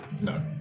No